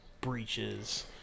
breaches